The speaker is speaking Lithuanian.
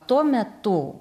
tuo metu